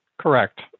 Correct